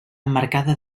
emmarcada